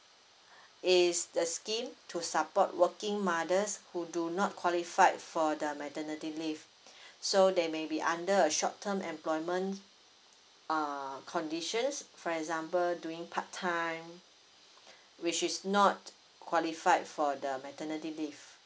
is the scheme to support working mothers who do not qualified for the maternity leave so they may be under a short term employment err conditions for example doing part time which is not qualified for the maternity leave